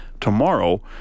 tomorrow